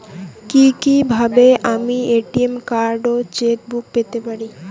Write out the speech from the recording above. কি কিভাবে আমি এ.টি.এম কার্ড ও চেক বুক পেতে পারি?